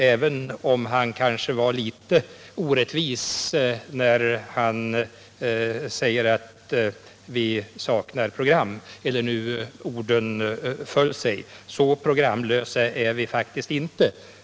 Kanske han dock var litet orättvis skapen på tekoomnär han sade att vi saknar program, eller hur orden nu föll. Vi är faktiskt — rådet inte programlösa.